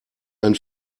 ein